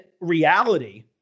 reality